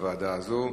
בוועדה הזאת.